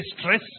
stress